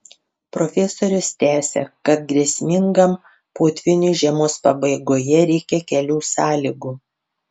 profesorius tęsia kad grėsmingam potvyniui žiemos pabaigoje reikia kelių sąlygų